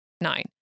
nine